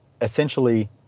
essentially